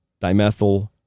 dimethyl